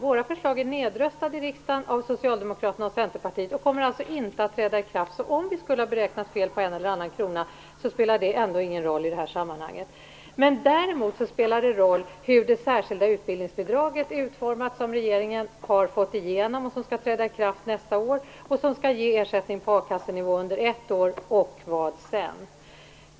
Våra förslag är nedröstade i riksdagen av Socialdemokraterna och Centerpartiet och kommer alltså inte att träda i kraft. Om vi skulle ha räknat fel på en eller annan krona spelar det ändå ingen roll i detta sammanhang. Däremot spelar det roll hur det särskilda utbildningsbidrag som regeringen har fått igenom och som skall träda i kraft nästa år är utformat. Det skall ge ersättning på a-kassenivå under ett år, men vad kommer sedan?